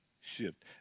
shift